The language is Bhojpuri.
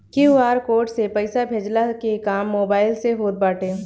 क्यू.आर कोड से पईसा भेजला के काम मोबाइल से होत बाटे